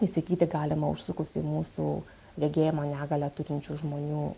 įsigyti galima užsukus į mūsų regėjimo negalią turinčių žmonių